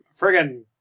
friggin